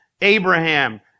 Abraham